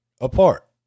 apart